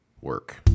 work